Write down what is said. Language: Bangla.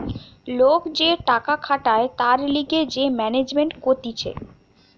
লোক যে টাকা খাটায় তার লিগে যে ম্যানেজমেন্ট কতিছে